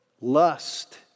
lust